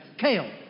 kale